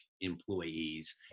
employees